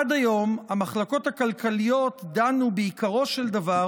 עד היום המחלקות הכלכליות דנו בעיקרו של דבר